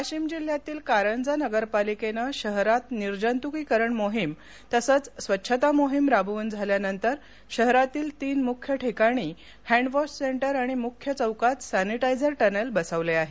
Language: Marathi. वाशिम जिल्ह्यातील कारंजा नगरपालिकेनं शहरात निर्जंतुकीकरण मोहीम तसंच स्वच्छता मोहीम राबवून झाल्यानंतर शहरातील तीन मुख्य ठिकाणी हॅन्डवॉश सेंटर आणि मुख्य चौकात सॅनिटायझर टनेल बसवले आहेत